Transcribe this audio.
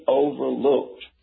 overlooked